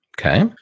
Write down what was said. Okay